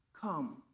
Come